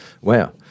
wow